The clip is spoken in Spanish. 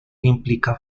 implica